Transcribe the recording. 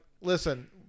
listen